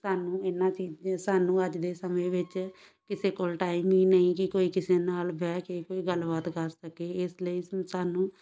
ਸਾਨੂੰ ਇਹਨਾਂ ਚੀਜ਼ ਸਾਨੂੰ ਅੱਜ ਦੇ ਸਮੇਂ ਵਿੱਚ ਕਿਸੇ ਕੋਲ ਟਾਈਮ ਹੀ ਨਹੀਂ ਕਿ ਕੋਈ ਕਿਸੇ ਨਾਲ ਬਹਿ ਕੇ ਕੋਈ ਗੱਲਬਾਤ ਕਰ ਸਕੇ ਇਸ ਲਈ ਸ ਸਾਨੂੰ